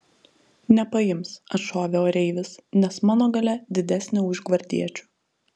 nepaims atšovė oreivis nes mano galia didesnė už gvardiečių